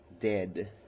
dead